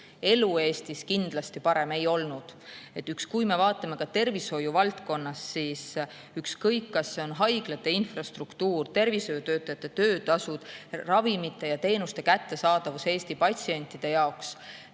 Elu Eestis kindlasti parem ei olnud. Kui me vaatame tervishoiuvaldkonda, ükskõik, kas see on haiglate infrastruktuur, tervishoiutöötajate töötasud, ravimite ja teenuste kättesaadavus Eesti patsientide jaoks,